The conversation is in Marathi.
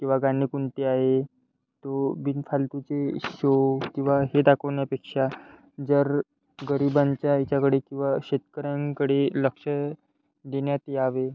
किंवा गाणे कोणते आहे तो बिन फालतूचे शो किंवा हे दाखवण्यापेक्षा जर गरिबांच्या याच्याकडे किंवा शेतकऱ्यांकडे लक्ष देण्यात यावे